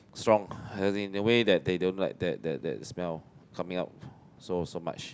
strong other thing the way that they don't like that that that smell coming out so so much